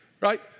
Right